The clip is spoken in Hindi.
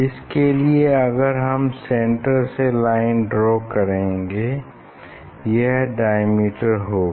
इसके लिए अगर हम सेन्टर से लाइन ड्रा करेंगे यह डायमीटर होगा